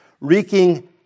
wreaking